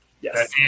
yes